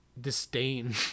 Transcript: Disdain